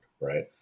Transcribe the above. Right